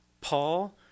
Paul